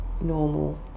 normal